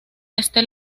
este